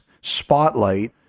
spotlight